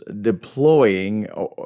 deploying